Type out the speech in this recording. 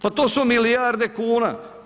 Pa to su milijarde kuna.